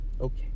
okay